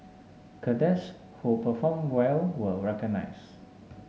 cadets who performed well were recognised